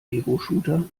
egoshooter